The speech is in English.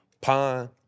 pond